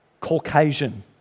Caucasian